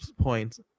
points